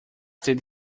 did